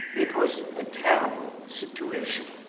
it was a terrible situation.